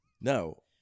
no